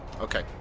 Okay